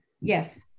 Yes